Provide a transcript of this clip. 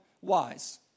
wise